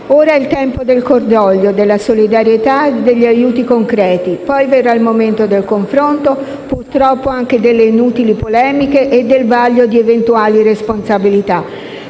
Ora è il tempo del cordoglio, della solidarietà e degli aiuti concreti; poi verrà il momento del confronto, purtroppo anche delle inutili polemiche e del vaglio di eventuali responsabilità.